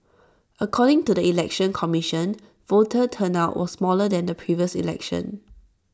according to the election commission voter turnout was smaller than the previous election